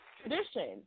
tradition